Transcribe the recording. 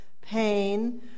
pain